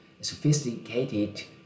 sophisticated